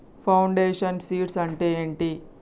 Foundation seeds అంటే ఏంటి?